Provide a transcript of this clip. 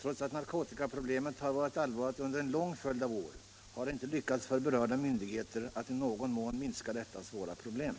Trots att narkotikaproblemet har varit allvarligt under en lång följd av år har det inte i någon mån lyckats för berörda myndigheter att minska detta svåra problem.